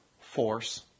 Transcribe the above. force